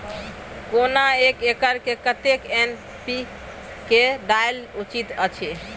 ओना एक एकर मे कतेक एन.पी.के डालब उचित अछि?